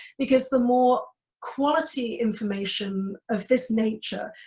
because the more quality information of this nature,